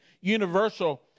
universal